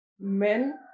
Men